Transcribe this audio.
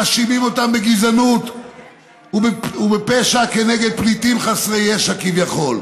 מאשימים אותו בגזענות ובפשע כנגד פליטים חסרי פשע כביכול.